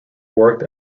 worked